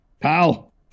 Pal